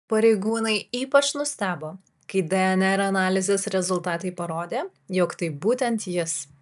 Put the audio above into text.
pareigūnai ypač nustebo kai dnr analizės rezultatai parodė jog tai būtent jis